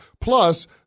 Plus